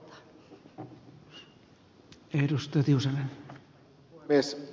arvoisa puhemies